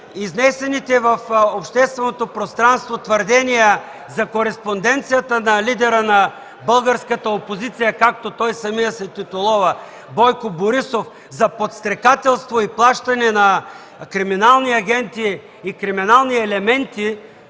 изнесенитe в общественото пространство твърдения за кореспонденцията на лидера на българската опозиция, както той самият се титулува, Бойко Борисов за подстрекателство и плащане на криминални агенти и криминални елементи